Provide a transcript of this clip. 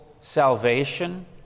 salvation